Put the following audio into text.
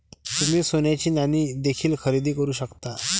तुम्ही सोन्याची नाणी देखील खरेदी करू शकता